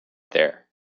there